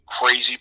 crazy